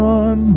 on